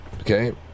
Okay